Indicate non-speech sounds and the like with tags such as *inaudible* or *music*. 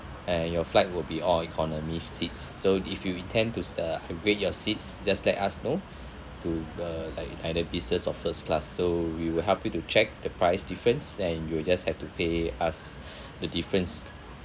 and your flight will be all economy seats so if you intend to uh upgrade your seats just let us know *breath* to uh like either business or first class so we will help you to check the price difference and you will just have to pay us *breath* the difference